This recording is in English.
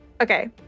okay